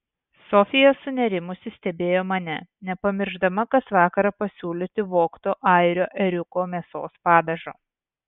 sofija sunerimusi stebėjo mane nepamiršdama kas vakarą pasiūlyti vogto airių ėriuko mėsos padažo